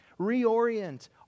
reorient